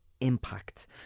impact